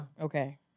Okay